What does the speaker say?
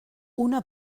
una